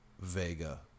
Vega